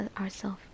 ourself